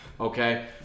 okay